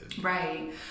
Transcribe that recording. Right